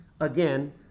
Again